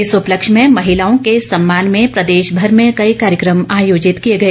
इस उपलक्ष्य में महिलाओं के सम्मान में प्रदेशभर में कई कार्यक्रम आयोजित किए गए